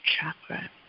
chakra